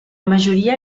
majoria